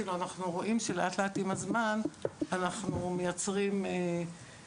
כאילו אנחנו רואים שלאט לאט עם הזמן אנחנו מייצרים מומחיות